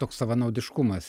toks savanaudiškumas